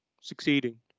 succeeding